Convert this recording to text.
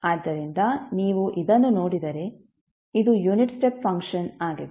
ಆದ್ದರಿಂದ ನೀವು ಇದನ್ನು ನೋಡಿದರೆ ಇದು ಯುನಿಟ್ ಸ್ಟೆಪ್ ಫಂಕ್ಷನ್ ಆಗಿದೆ